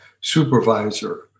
supervisor